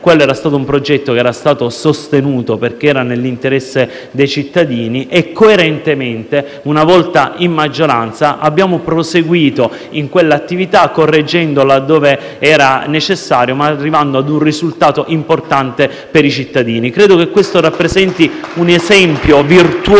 Quel progetto era stato sostenuto perché era nell'interesse dei cittadini e, coerentemente, una volta in maggioranza, abbiamo proseguito in quella attività, correggendo laddove era necessario, arrivando a un risultato importante per i cittadini. *(Applausi dal Gruppo M5S)*. Credo che questo rappresenti un esempio virtuoso,